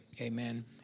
amen